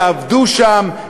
יעבדו שם,